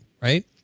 right